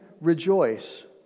rejoice